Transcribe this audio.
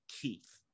keith